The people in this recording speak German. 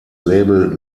label